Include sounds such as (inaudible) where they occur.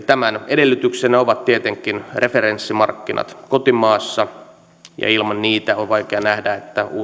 (unintelligible) tämän edellytyksenä ovat tietenkin referenssimarkkinat kotimaassa ilman niitä on vaikea nähdä että